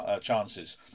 chances